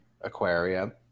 Aquaria